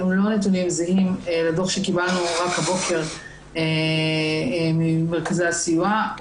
הם לא נתונים זהים לדוח שקיבלנו רק הבוקר ממרכזי הסיוע.